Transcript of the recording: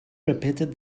repeated